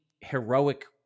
heroic